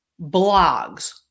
blogs